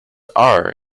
are